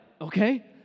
okay